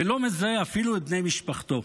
ולא מזהה אפילו את בני משפחתו.